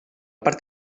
part